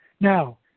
Now